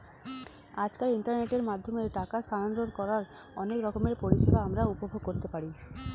আজকাল ইন্টারনেটের মাধ্যমে টাকা স্থানান্তর করার অনেক রকমের পরিষেবা আমরা উপভোগ করতে পারি